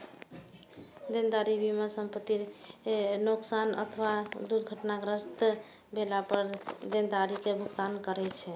देनदारी बीमा संपतिक नोकसान अथवा दुर्घटनाग्रस्त भेला पर देनदारी के भुगतान करै छै